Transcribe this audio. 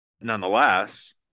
nonetheless